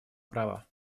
права